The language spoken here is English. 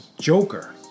Joker